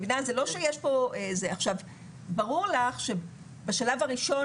ברור לך שבשלב הראשון,